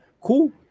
Cool